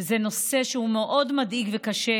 שזה נושא מאוד מדאיג וקשה,